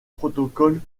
protocole